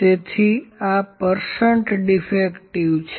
તેથી આ percent defective છે